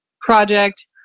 project